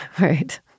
Right